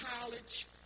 college